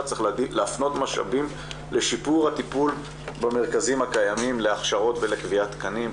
צריך להפנות משאבים לשיפור הטיפול במרכזים הקיימים להכשרות ולקביעת תקנים.